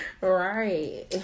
Right